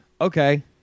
okay